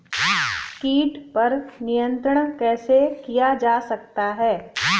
कीट पर नियंत्रण कैसे किया जा सकता है?